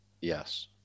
Yes